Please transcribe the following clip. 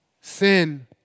Sin